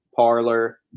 Parlor